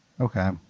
Okay